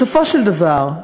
בסופו של דבר,